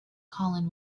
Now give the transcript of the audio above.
colin